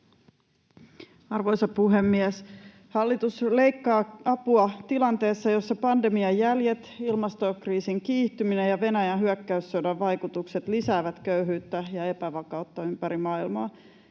Arvoisa puhemies! Hallitus leikkaa apua tilanteessa, jossa pandemian jäljet, ilmastokriisin kiihtyminen ja Venäjän hyökkäyssodan vaikutukset lisäävät köyhyyttä ja epävakautta ympäri maailmaa.